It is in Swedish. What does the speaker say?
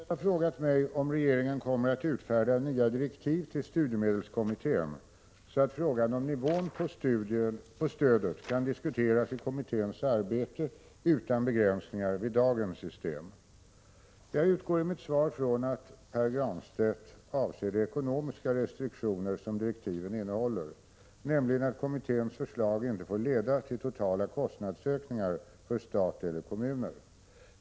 Herr talman! Pär Granstedt har frågat mig om regeringen kommer att utfärda nya direktiv till studiemedelskommittén, så att frågan om nivån på stödet kan diskuteras i kommitténs arbete utan begränsningar vid dagens system. Jag utgår i mitt svar från att Pär Granstedt avser de ekonomiska restriktioner som direktiven innehåller, nämligen att kommitténs förslag inte får leda till totala kostnadsökningar för stat eller kommuner.